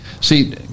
See